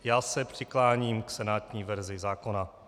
Já se přikláním k senátní verzi zákona.